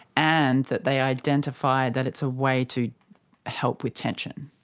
and that they identify that it's a way to help with tension.